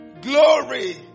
glory